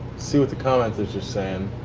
see what the commenters are saying.